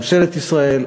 ממשלת ישראל,